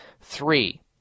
Three